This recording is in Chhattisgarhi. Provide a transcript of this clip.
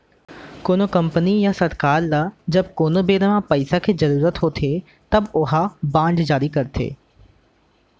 कोनो कंपनी या सरकार ल जब कोनो बेरा म पइसा के जरुरत होथे तब ओहा बांड जारी करथे